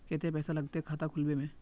केते पैसा लगते खाता खुलबे में?